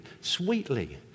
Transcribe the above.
sweetly